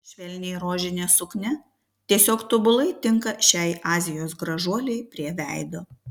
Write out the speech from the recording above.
švelniai rožinė suknia tiesiog tobulai tinka šiai azijos gražuolei prie veido